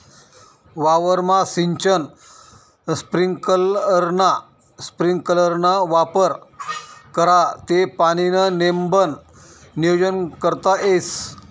वावरमा सिंचन स्प्रिंकलरना वापर करा ते पाणीनं नेमबन नियोजन करता येस